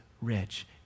rich